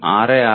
6230